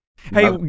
Hey